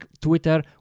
twitter